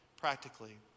practically